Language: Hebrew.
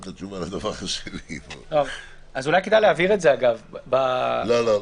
אז אולי כדאי להבהיר את זה, אגב --- לא, לא.